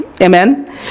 Amen